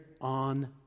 on